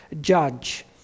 judge